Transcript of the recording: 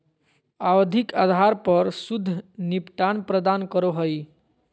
आवधिक आधार पर शुद्ध निपटान प्रदान करो हइ